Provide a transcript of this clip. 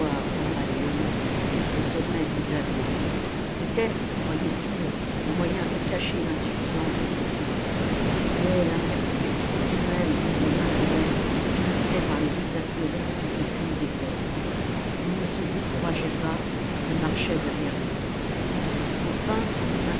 jusqu'au sommet du zagouan c'était croyaient ils un moyen de cacher l'insuffisance de ses troupes mais l'incertitude continuelle où il les maintenait finissait par les exaspérer plus qu'aucune défaite ils ne se décourageaient pas et marchaient derrière lui enfin